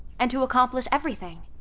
and to accomplish everything.